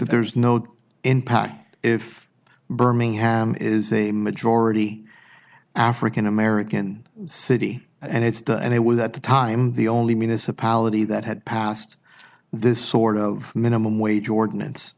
is no impact if birmingham is a majority african american city and it's the and it was at the time the only municipality that had passed this sort of minimum wage ordinance